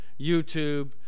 youtube